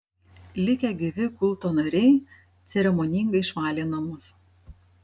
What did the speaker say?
likę gyvi kulto nariai ceremoningai išvalė namus